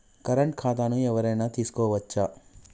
Current ఖాతాను ఎవలైనా తీసుకోవచ్చా?